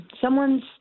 someone's